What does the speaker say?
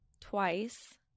twice